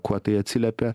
kuo tai atsiliepė